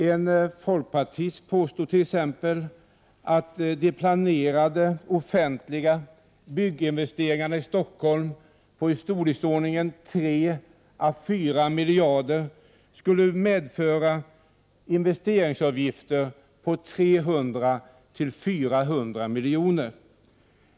En folkpartist påstod t.ex. att de planerade offentliga bygginvesteringarna i Stockholm i storleksordningen 3 å 4 miljarder skulle medföra investeringsavgifter på 300-400 miljoner.